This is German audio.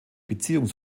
beziehung